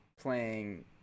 playing